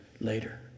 later